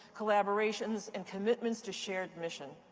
collaborations, and commitments to shared mission.